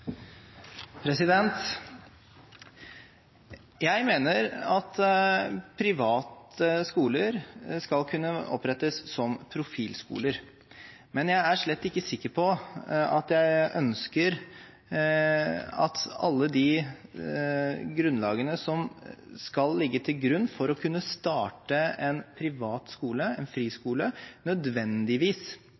dag. Jeg mener at private skoler skal kunne opprettes som profilskoler. Men jeg er slett ikke sikker på at jeg ønsker at alt det som skal ligge til grunn for å kunne starte en privat skole, en friskole, nødvendigvis